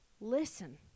Listen